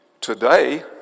today